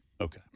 Okay